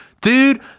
Dude